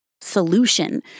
solution